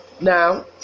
Now